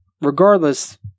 Regardless